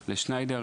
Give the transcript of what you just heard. לשניידר,